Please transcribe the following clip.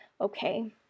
okay